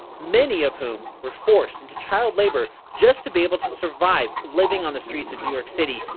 many of whom were forced into child labor just to be able to survive living on the streets of new york city,